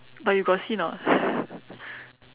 but you got see or not